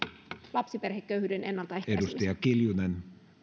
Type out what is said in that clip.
lapsiperheköyhyyden ennaltaehkäisemiseen